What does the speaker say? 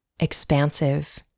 expansive